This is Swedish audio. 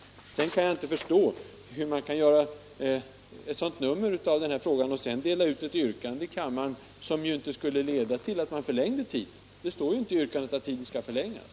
Jag kan vidare inte förstå varför vpk i kammaren delar ut ett yrkande som inte skulle leda till att tiden för anordningsbidraget förlängs. Det står ju inte i yrkandet att tiden skall förlängas.